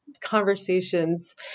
conversations